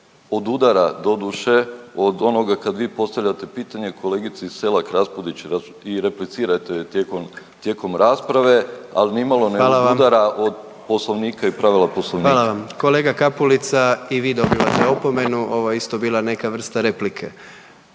odudara doduše od onoga kad vi postavljate pitanje kolegici Selak Raspudić i replicirate joj tijekom, tijekom rasprave, al nimalo ne odudara od Poslovnika i pravila Poslovnika. **Jandroković, Gordan (HDZ)** Hvala vam. Kolega Kapulica i vi dobivate opomenu, ovo je isto bila neka vrsta replike.